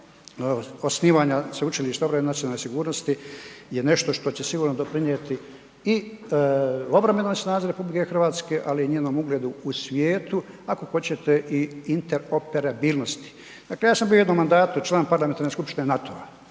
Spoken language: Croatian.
osnivanja Sveučilišta obrane i nacionalne sigurnosti je nešto što će sigurno doprinijeti i obrambenoj snazi RH, ali i njenom ugledu u svijetu, ako hoćete i interoperabilnosti. Dakle, ja sam bio u jednom mandatu član Parlamentarne skupštine NATO-a